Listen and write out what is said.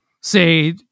say